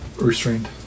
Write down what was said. Restrained